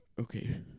Okay